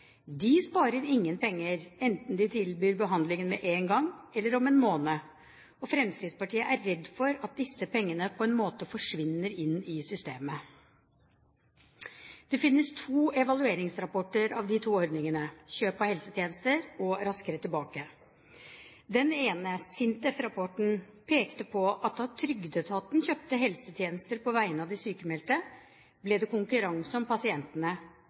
De sparer ingen penger enten de tilbyr behandling med en gang, eller om en måned. Fremskrittspartiet er redd for at disse pengene på en måte forsvinner inn i systemet. Det finnes to evalueringsrapporter av de to ordningene: Kjøp av helsetjenester og Raskere tilbake. Den ene, SINTEF-rapporten, pekte på at da trygdeetaten kjøpte helsetjenester på vegne av de sykmeldte, ble det konkurranse om pasientene.